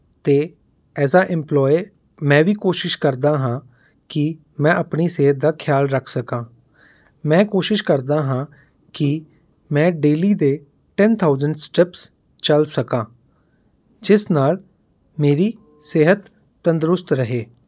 ਅਤੇ as a employee ਮੈਂ ਵੀ ਕੋਸ਼ਿਸ਼ ਕਰਦਾ ਹਾਂ ਕਿ ਮੈਂ ਆਪਣੀ ਸਿਹਤ ਦਾ ਖਿਆਲ ਰੱਖ ਸਕਾਂ ਮੈਂ ਕੋਸ਼ਿਸ਼ ਕਰਦਾ ਹਾਂ ਕਿ ਮੈਂ ਡੇਲੀ ਦੇ ਟੈਨ ਥਾਊਸੈਂਡ ਸਟੈਪਸ ਚੱਲ ਸਕਾਂ ਜਿਸ ਨਾਲ ਮੇਰੀ ਸਿਹਤ ਤੰਦਰੁਸਤ ਰਹੇ